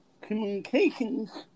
communications